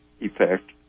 effect